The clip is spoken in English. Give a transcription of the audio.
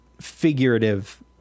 figurative